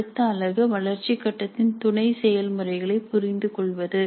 அடுத்த அலகு வளர்ச்சி கட்டத்தின் துணை செயல்முறைகளைப் புரிந்துகொள்வது